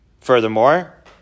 Furthermore